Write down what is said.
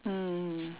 mm